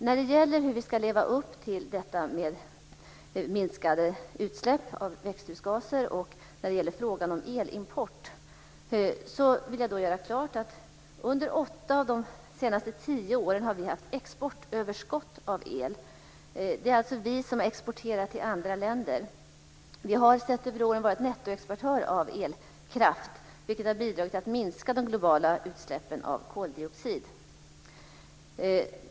När det gäller hur vi ska leva upp till minskade utsläpp av växthusgaser och när det gäller frågan om elimport vill jag göra klart att under åtta av de senaste tio åren har vi haft exportöverskott av el. Det är alltså vi som exporterar till andra länder. Sett över åren har vi varit nettoexportör av elkraft, vilket har bidragit till att minska de globala utsläppen av koldioxid.